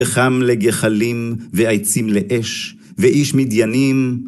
פחם לגחלים, ועצים לאש, ואיש מדיינים